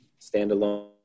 standalone